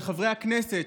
לחברי הכנסת,